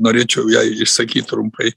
norėčiau jai išsakyt trumpai